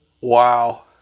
Wow